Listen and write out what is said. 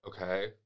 Okay